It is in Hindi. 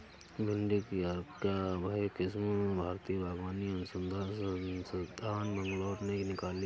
भिंडी की अर्का अभय किस्म भारतीय बागवानी अनुसंधान संस्थान, बैंगलोर ने निकाली